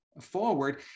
forward